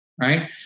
right